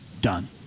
done